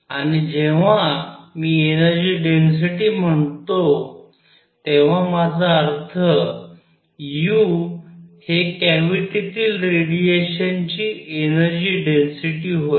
आणि जेव्हा मी एनर्जी डेन्सिटी म्हणतो तेव्हा माझा अर्थ u हे कॅव्हिटीतील रेडिएशनची एनर्जी डेन्सिटी होय